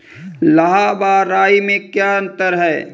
लाह व राई में क्या अंतर है?